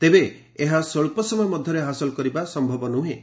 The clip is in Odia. ତେବେ ଏହା ସ୍ୱଚ୍ଚ ସମୟ ମଧ୍ୟରେ ହାସଲ କରିବା ସନ୍ଥବ ନୁହେଁ